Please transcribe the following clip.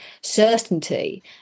certainty